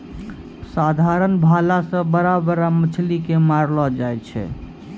साधारण भाला से बड़ा बड़ा मछली के मारलो जाय छै